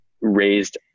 raised